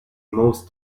most